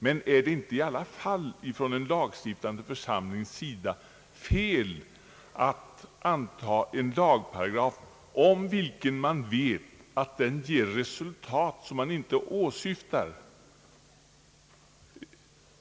Men är det inte i alla fall från en lagstiftande församlings sida fel att anta en lagparagraf, om vilken man vet att den ger resultat som man inte åsyftat?